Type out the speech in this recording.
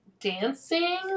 dancing